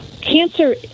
cancer